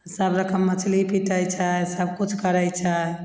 सब मछली पीटय छै सबकिछु करय छै